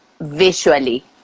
visually